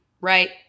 right